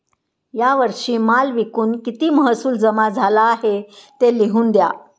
या वर्षी माल विकून किती महसूल जमा झाला आहे, ते लिहून द्या